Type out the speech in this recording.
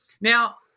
now